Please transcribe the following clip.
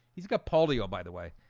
he's got polio by the way,